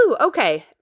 Okay